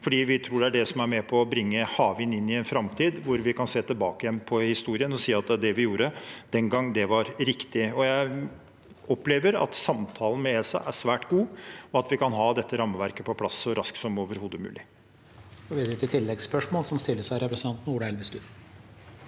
Nord. Vi tror det vil være med på å bringe havvind inn i en framtid hvor vi kan se tilbake på historien og si at det vi gjorde den gang, var riktig. Jeg opplever at samtalen med ESA er svært god, og at vi kan ha dette rammeverket på plass så raskt som overhodet mulig.